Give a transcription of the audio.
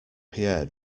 pierre